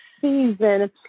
season